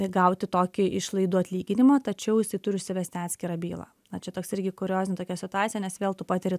gauti tokį išlaidų atlyginimą tačiau jisai turi užsivesti atskirą bylą na čia toks irgi kuriozinė tokia situacija nes vėl tu patiri